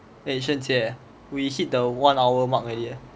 eh xun jie we hit the one hour mark already ah